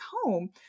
home